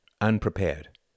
unprepared